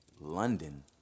London